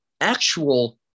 actual